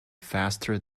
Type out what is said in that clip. faster